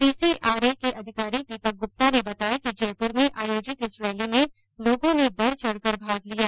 PCRA के अधिकारी दीपक गुप्ता ने बताया कि जयपुर में आयोजित इस रैली में लोगों ने बढ़ चढ़कर भाग लिया